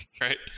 Right